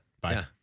bye